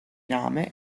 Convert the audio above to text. rame